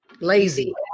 Lazy